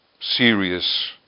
serious